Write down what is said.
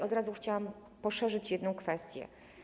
Od razu chciałabym poszerzyć jedną kwestię.